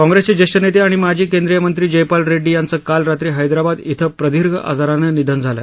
काँप्रेसचे ज्येष्ठ नेते आणि माजी केंदीय मंत्री जयपाल रेड्डी यांचं काल रात्री हैदराबाद इथं प्रदीर्घ आजारानं निधन झालं